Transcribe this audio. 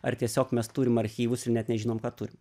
ar tiesiog mes turim archyvus ir net nežinom ką turim